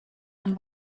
man